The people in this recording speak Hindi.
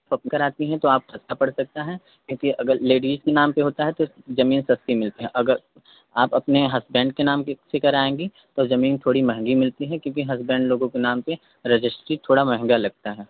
प कराती हैं तो आप सस्ता पड़ सकता है क्योंकि अगर लेडिज के नाम पर होता है तो जमीन सस्ती मिलती है अगर आप अपने हस्बैंड के नाम से कराएँगी तो जमीन थोड़ी महंगी मिलती है क्योंकि हस्बैंड लोगों के नाम पर रजिस्ट्री थोड़ा महंगा लगता है